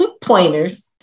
pointers